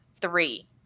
three